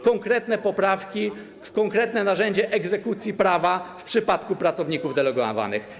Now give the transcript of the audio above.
Konkretne poprawki, konkretne narzędzie egzekucji prawa w przypadku pracowników delegowanych.